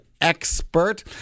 expert